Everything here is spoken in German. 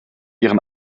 ihren